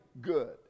good